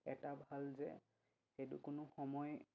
এটা ভাল যে সেইটো কোনো সময়